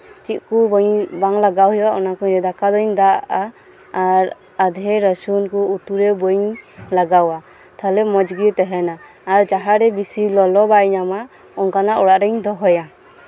ᱪᱮᱫ ᱠᱚ ᱵᱟᱝ ᱞᱟᱜᱟᱣ ᱦᱩᱭᱩᱜᱼᱟ ᱚᱱᱟᱠᱩᱧ ᱤᱭᱟᱹᱭᱟ ᱫᱟᱠᱟᱨᱤᱧ ᱫᱟᱜ ᱟᱜᱼᱟ ᱟᱨ ᱟᱫᱷᱮ ᱨᱟᱹᱥᱩᱱ ᱠᱚ ᱩᱛᱩ ᱨᱮ ᱵᱟᱹᱧ ᱞᱟᱜᱟᱣᱟ ᱛᱟᱞᱦᱮ ᱢᱚᱸᱡ ᱜᱮ ᱛᱟᱦᱮᱸᱱᱟ ᱟᱨ ᱡᱟᱦᱟᱸᱨᱮ ᱵᱤᱥᱤ ᱞᱚᱞᱚ ᱵᱟᱭ ᱧᱟᱢᱟ ᱚᱱᱠᱟᱱᱟᱜ ᱚᱲᱟᱜ ᱨᱤᱧ ᱫᱚᱦᱚᱭᱟ